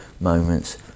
moments